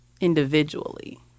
individually